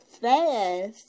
fast